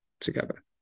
together